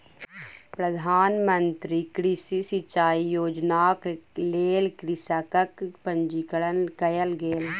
प्रधान मंत्री कृषि सिचाई योजनाक लेल कृषकक पंजीकरण कयल गेल